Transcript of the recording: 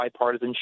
bipartisanship